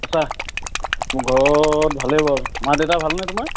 আছা মোৰ ঘৰত ভালেই বাৰু মা দেউতা ভালনে তোমাৰ